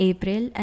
April